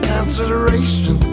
consideration